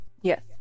Yes